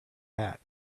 hat